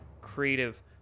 creative